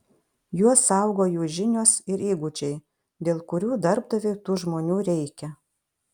juos saugo jų žinios ir įgūdžiai dėl kurių darbdaviui tų žmonių reikia